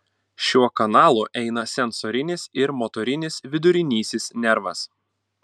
šiuo kanalu eina sensorinis ir motorinis vidurinysis nervas